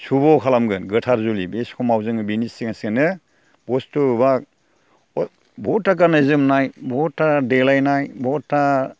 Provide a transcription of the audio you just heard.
शुब' खालामगोन गोथार जुलि बे समाव जोङो बिनि सिगां सिगांनो बुस्थु एबा बहुदथा गाननाय जोमनाय बहुदथा देलायनाय बहुदथा